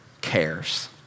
cares